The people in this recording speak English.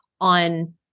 on